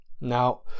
Now